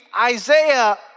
Isaiah